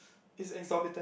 is exorbitant